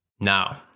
Now